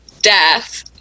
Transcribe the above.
death